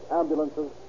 ambulances